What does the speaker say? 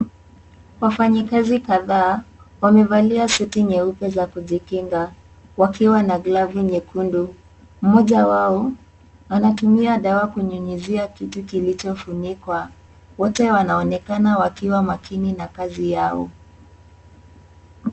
Wafanyikazi kadhaa wamevalia suti nyeupe za kijikinga, wakiwa na glavu nyekundu mmoja wao anatumia dawa kunyunyizia kitu kilichofunikwa, wote wanaonekana wakiwa makini na kazi yao .